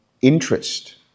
interest